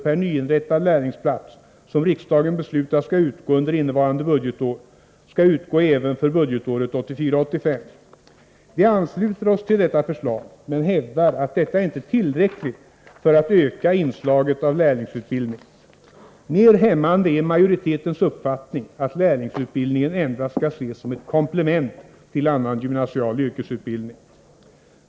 per nyinrättad lärlingsplats, som riksdagen beslutat skall utgå under innevarande budgetår, skall utgå även för budgetåret 1984/85. Vi ansluter oss till detta förslag, men hävdar att detta belopp inte är tillräckligt för att öka inslaget av lärlingsutbildning. Mer hämmande är majoritetens uppfattning att lärlingsutbildningen endast skall ses som ett komplement till annan gymnasial yrkesutbildning.